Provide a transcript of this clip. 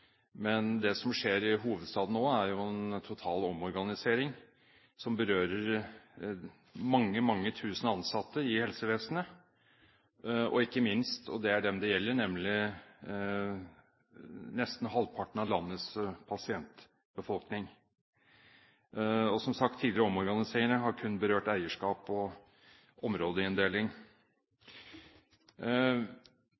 Men det som skjer i hovedstaden nå, er jo en total omorganisering som berører mange, mange tusen ansatte i helsevesenet, og ikke minst – og det er dem det gjelder – nesten halvparten av landets pasienter. Og som sagt: Tidligere omorganiseringer har kun berørt eierskap og områdeinndeling.